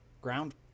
ground